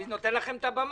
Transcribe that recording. אני נותן לכם את הבמה.